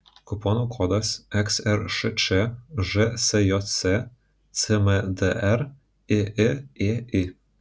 kupono kodas xršč žsjs cmdr iiėi